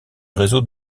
réseau